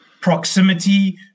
proximity